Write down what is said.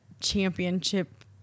championship